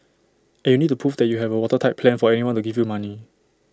and you need to prove that you have A watertight plan for anyone to give you money